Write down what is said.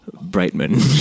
Brightman